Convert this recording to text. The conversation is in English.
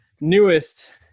newest